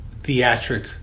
Theatric